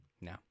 No